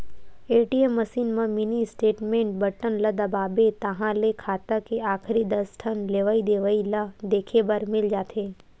ATM machine म mini statement button ल दबाबे ताहाँले खाता के आखरी दस ठन लेवइ देवइ ल देखे बर मिल जाथे